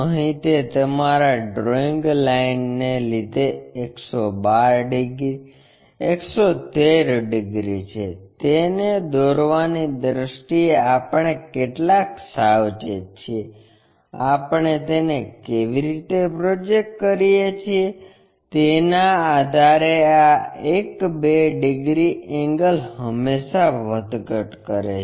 અહીં તે તમારા ડ્રોઇંગ લાઇનને લીધે 112 ડિગ્રી 113 ડિગ્રી છે તેને દોરવાની દ્રષ્ટિએ આપણે કેટલા સાવચેત છીએ આપણે તેને કેવી રીતે પ્રોજેકટ કરીએ છીએ તેના આધારે આ એક બે ડિગ્રી એંગલ હંમેશા વધઘટ કરે છે